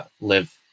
live